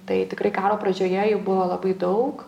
tai tikrai karo pradžioje jų buvo labai daug